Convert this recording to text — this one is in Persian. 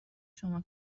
شما